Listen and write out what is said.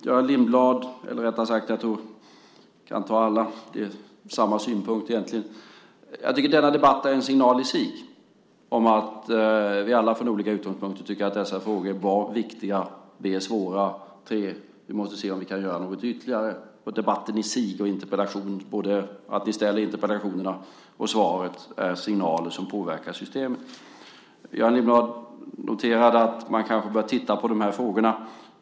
Jag tycker att den här debatten ger en signal i sig om att vi alla från olika utgångspunkter tycker att dessa frågor är viktiga, att de är svåra och att vi måste se om vi kan göra något ytterligare. Debatten i sig och interpellationen, både att ni ställt interpellationen och svaret, är signaler som påverkar systemet. Göran Lindblad noterade att man kanske bör titta på de här frågorna.